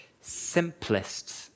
simplest